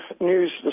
news